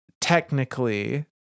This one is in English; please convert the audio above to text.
technically